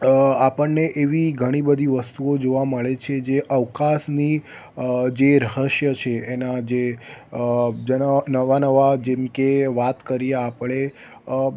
આપણને એવી ઘણી બધી વસ્તુઓ જોવા મળે છે જે અવકાશની અ જે રહસ્ય છે એના જે અ જેના નવા નવા જેમકે વાત કરીએ આપણે